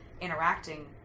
interacting